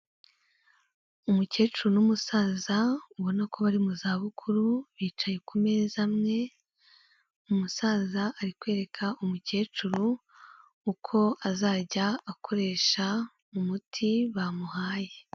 Umukecuru n'umusaza ubona ko bari mu zabukuru bicaye ku meza amwe, umusaza ari kwereka umukecuru uko azajya akoresha umuti bamuhaye.